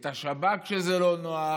את השב"כ, כשזה לא נוח.